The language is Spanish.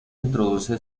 introduce